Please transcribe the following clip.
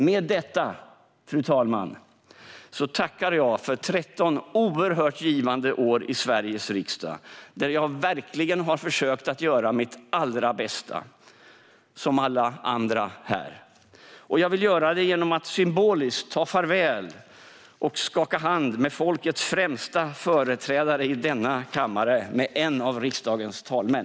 Med detta, fru talman, tackar jag för 13 oerhört givande år i Sveriges riksdag, där jag verkligen har försökt att göra mitt allra bästa - som alla andra här. Jag vill göra det genom att symboliskt ta farväl av och skaka hand med folkets främsta företrädare i denna kammare, med en av riksdagens talmän.